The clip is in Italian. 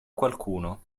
qualcuno